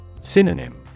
Synonym